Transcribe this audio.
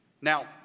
Now